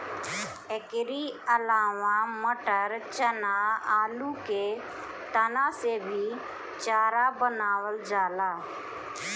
एकरी अलावा मटर, चना, आलू के तना से भी चारा बनावल जाला